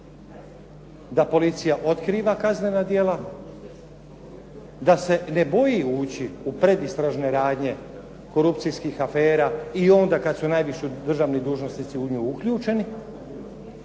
da policija otkriva kaznena djela, da se ne boji ući u predistražne radnje korupcijskih afera i onda kada su najviši državni dužnosnici u nju uključeni